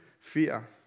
fear